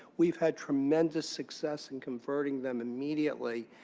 we've had tremendous success in converting them immediately.